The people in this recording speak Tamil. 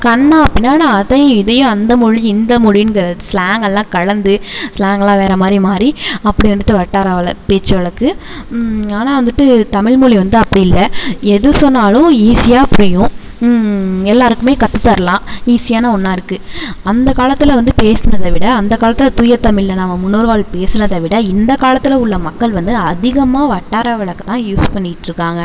கன்னா பின்னான்னு அதையும் இதையும் அந்த மொழி இந்த மொழின்ங்கிற ஸ்லாங் எல்லாம் கலந்து ஸ்லாங்லாம் வேறமாதிரி மாறி அப்படி வந்துட்டு வட்டார வல பேச்சு வழக்கு ஆனால் வந்துட்டு தமிழ்மொலி வந்து அப்படி இல்லை எது சொன்னாலும் ஈஸியாக புரியும் எல்லாருக்குமே கத்துத்தரலாம் ஈஸியான ஒன்றா இருக்குது அந்த காலத்தில் வந்து பேசுனதை விட அந்த காலத்தில் தூய தமிழ்ல நம்ம முன்னோர்கள் பேசுனதை விட இந்த காலத்தில் உள்ள மக்கள் வந்து அதிகமாக வட்டார வழக்க தான் யூஸ் பண்ணிகிட்ருக்காங்க